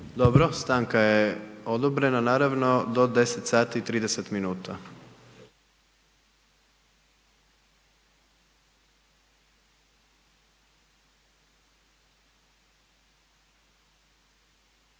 Dobro. Stanka je odobrena naravno do 10,30 sati.